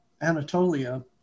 Anatolia